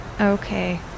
okay